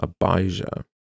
Abijah